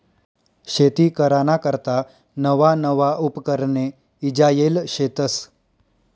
शेती कराना करता नवा नवा उपकरणे ईजायेल शेतस